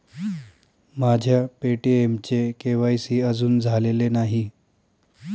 माझ्या पे.टी.एमचे के.वाय.सी अजून झालेले नाही